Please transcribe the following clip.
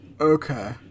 Okay